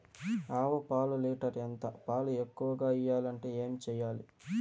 ఆవు పాలు లీటర్ ఎంత? పాలు ఎక్కువగా ఇయ్యాలంటే ఏం చేయాలి?